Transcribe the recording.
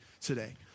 today